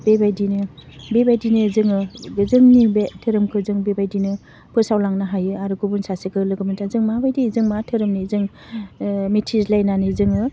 बेबायदिनो बेबायदिनो जोङो बे जोंनि बे धोरोमखौ जों बेबायदिनो फोसावलांनो हायो आरो गुबुन सासेखौ लोगो मोनदों जों माबायदि जों मा धोरोमनि जों ओह मिथिज्लायनानै जोङो